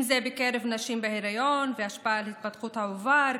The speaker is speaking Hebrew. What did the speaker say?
אם זה בקרב נשים בהיריון, השפעה על התפתחות העובר,